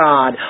God